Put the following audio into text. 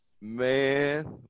Man